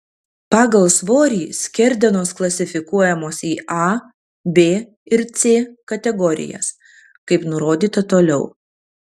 pagal svorį skerdenos klasifikuojamos į a b ir c kategorijas kaip nurodyta toliau